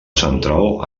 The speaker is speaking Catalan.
central